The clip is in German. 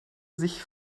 sich